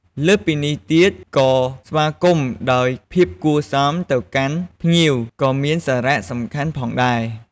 លើសពីនេះទៀតក៏ស្វាគមន៍ដោយភាពគួរសមទៅកាន់ភ្ញៀវក៏មានសារៈសំខាន់ផងដែរ។